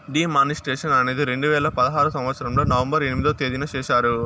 D మానిస్ట్రేషన్ అనేది రెండు వేల పదహారు సంవచ్చరంలో నవంబర్ ఎనిమిదో తేదీన చేశారు